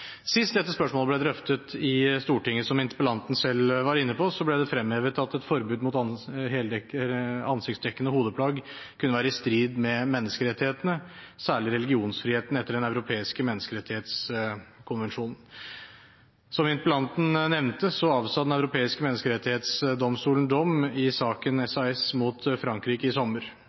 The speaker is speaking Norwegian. Sist dette spørsmålet ble drøftet i Stortinget, ble det, som interpellanten selv var inne på, fremhevet at et forbud mot ansiktsdekkende hodeplagg kunne være i strid med menneskerettighetene, særlig religionsfriheten etter Den europeiske menneskerettighetskonvensjonen. Som interpellanten nevnte, avsa Den europeiske menneskerettighetsdomstolen dom i saken SAS mot Frankrike i sommer.